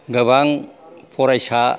गोबां फरायसा